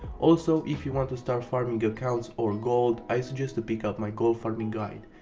also, if you want to start farming accounts or gold, i suggest to pick up my goldfarming guide.